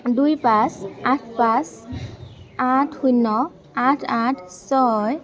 দুই পাঁচ আঠ পাঁচ আঠ শূন্য আঠ আঠ ছয়